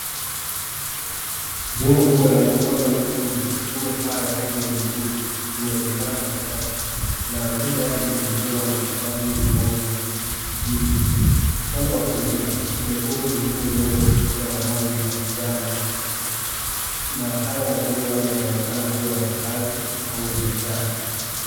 Jengo kubwa la ghorofa nyingi lenye paa ya rangi ya nyekundu, inaonekana katikati, na mbele yake limejengwa na matofali yenye rangi ya kijivu. Upande wa kulia, kuna jengo jingine lenye ukuta wa rangi ya njano, na haya majengo yote yanaonekana kuwa ya makaazi au ya biashara.